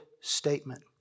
statement